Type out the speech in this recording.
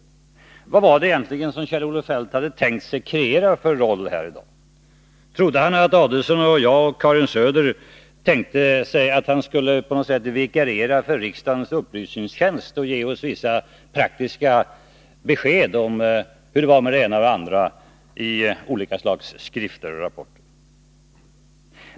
Vad hade egentligen Kjell-Olof Feldt tänkt sig att kreera för roll här i dag? Trodde han att Ulf Adelsohn, Karin Söder och jag tänkte säga att han på något sätt skulle vikariera för riksdagens upplysningstjänst och ge oss vissa praktiska besked om hur det var med det ena och det andra i olika slags skrifter och rapporter?